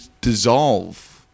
dissolve